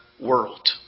world